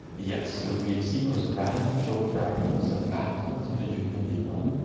yes. so we sequence random short fragments and map them to the human genome,